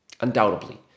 undoubtedly